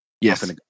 Yes